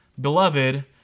Beloved